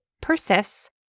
persists